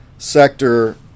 sector